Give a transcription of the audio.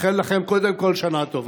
לאחל לכם קודם כול שנה טובה,